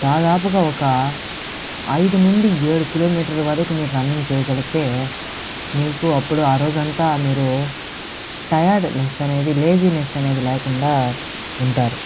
దాదాపుగా ఒక ఐదు నుండి ఏడు కిలోమీటర్ల వరకు మీరు రన్నింగ్ చేయగలిగితే నీకు అప్పుడు ఆ రోజంతా మీరు టయడ్నెస్ అనేది లేజీనెస్ అనేది లేకుండా ఉంటారు